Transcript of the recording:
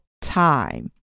time